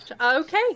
Okay